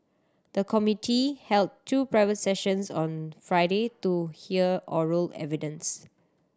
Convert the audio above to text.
the committee held two private sessions on Friday to hear oral evidence